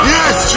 Yes